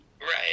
Right